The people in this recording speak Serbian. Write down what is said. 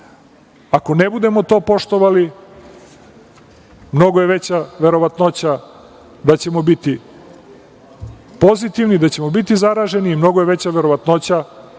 Ako ne budemo to poštovali, mnogo je veća verovatnoća da ćemo biti pozitivni, da ćemo biti zaraženi i mnogo je veća verovatnoća